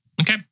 Okay